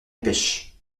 dépêche